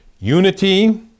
unity